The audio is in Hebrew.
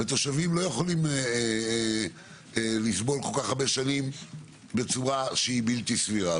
התושבים לא יכולים לסבול כל-כך הרבה שנים בצורה שהיא בלתי סבירה.